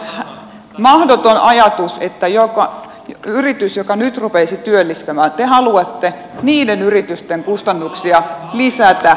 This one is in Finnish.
se on mahdoton ajatus että niiden yritysten kustannuksia jotka nyt rupeaisivat työllistämään te haluatte lisätä miljardilla